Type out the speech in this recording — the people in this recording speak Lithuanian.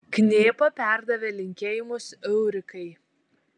knėpa perdavė linkėjimus eurikai